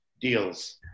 deals